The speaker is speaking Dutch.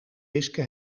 wiske